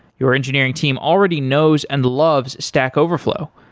your engineering team already knows and loves stack overflow.